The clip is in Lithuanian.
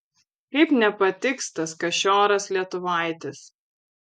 kaip nepatiks tas kašioras lietuvaitis